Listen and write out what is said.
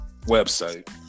website